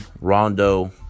Rondo